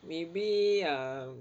maybe ah